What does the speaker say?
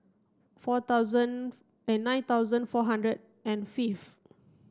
four thousand and nine thousand four hundred and fifth